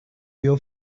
your